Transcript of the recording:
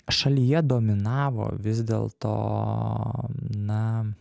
šalyje dominavo vis dėlto na